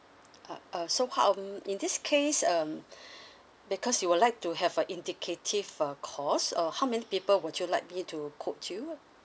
uh uh so hmm in this case um because you would like to have a indicative uh cost uh how many people would you like me to quote you